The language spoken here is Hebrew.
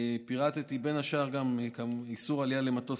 ופירטתי בין השאר גם איסור עלייה למטוס